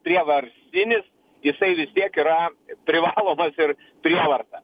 prievartinis jisai vis tiek yra privalomas ir prievarta